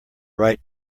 right